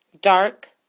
dark